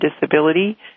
Disability